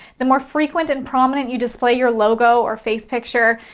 the more frequent and prominent you display your logo or face picture,